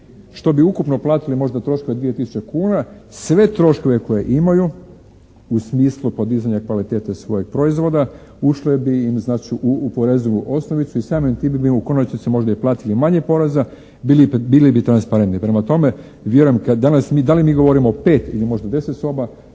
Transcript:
što bi ukupno platili možda troškove 2 tisuće kuna, sve troškove koje imaju u smislu podizanja kvalitete svojeg proizvoda ušle bi im znači u oporezivu osnovicu i samim time bi u konačnici možda i platiti manje poreza, bili bi transparentni. Prema tome, vjerujem kad danas, da li mi govorimo o 5 ili možda 10 soba